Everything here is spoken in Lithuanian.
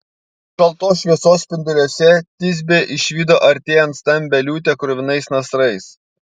šaltos šviesos spinduliuose tisbė išvydo artėjant stambią liūtę kruvinais nasrais